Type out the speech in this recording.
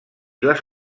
les